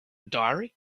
diary